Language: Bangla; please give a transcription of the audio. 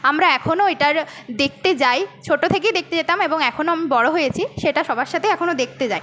আমরা এখনও এটা দেখতে যাই ছোট থেকেই দেখতে যেতাম এবং এখনও আমি বড় হয়েছি সেটা সবার সাথে এখনও দেখতে যাই